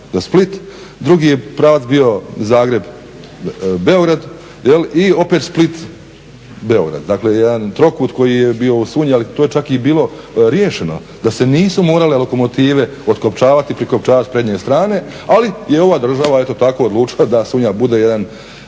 za Split. Drugi je pravac bio Zagreb – Beograd i opet Split – Beograd. Dakle, jedan trokut koji je bio u Sunji, ali to je čak i bilo riješeno da se nisu morale lokomotive otkopčavati i prikopčavati s prednje strane. Ali je ova država eto tako odlučila da Sunja bude jedan